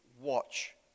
watch